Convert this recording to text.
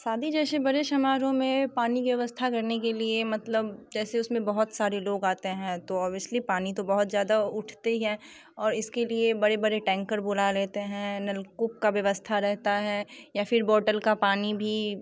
शादी जैसे बड़े समारोह में पानी के व्यवस्था करने के लिए मतलब जैसे उसमें बहुत सारे लोग आते हैं तो ऑबवियसली पानी तो बहुत ज़्यादा उठते ही हैं और इसके लिए बड़े बड़े टैंकर बुला लेते हैं नलकूप का व्यवस्था रहता है या फिर बोटल का पानी भी